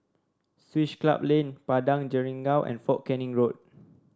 Swiss Club Lane Padang Jeringau and Fort Canning Road